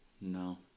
No